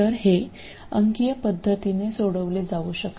तर हे अंकीय पद्धतीने सोडविले जाऊ शकते